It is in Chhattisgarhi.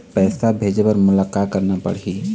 पैसा भेजे बर मोला का करना पड़ही?